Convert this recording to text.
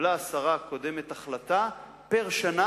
קיבלה השרה הקודמת החלטה פר-שנה,